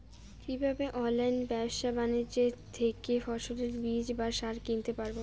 কীভাবে অনলাইন ব্যাবসা বাণিজ্য থেকে ফসলের বীজ বা সার কিনতে পারবো?